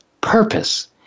purpose